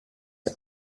die